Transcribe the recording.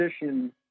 position